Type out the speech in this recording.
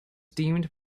deemed